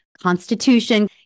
constitution